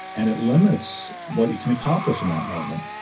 and it limits what you can accomplish in that moment.